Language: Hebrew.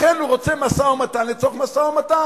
לכן הוא רוצה משא-ומתן, לצורך משא-ומתן.